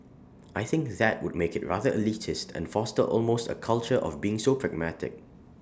I think that would make IT rather elitist and foster almost A culture of being so pragmatic